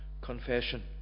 confession